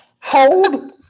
Hold